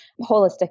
holistic